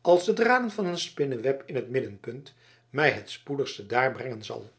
als de draden van een spinneweb in het middelpunt mij het spoedigste daar brengen zal